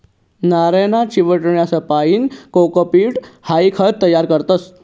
नारयना चिवट्यासपाईन कोकोपीट हाई खत तयार करतस